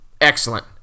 excellent